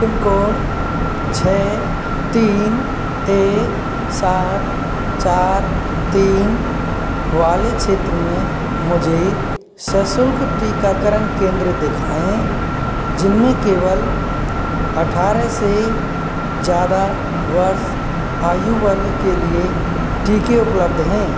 pin code छः तीन एक सात चार तीन वाले क्षेत्र में मुझे सशुल्क टीकाकरण केंद्र दिखाएँ जिनमें केवल अट्ठारह से ज़्यादा वर्ष आयु वाले के लिए टीके उपलब्ध हैं